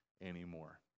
anymore